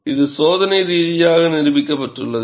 இது சோதனை ரீதியாக நிரூபிக்கப்பட்டுள்ளது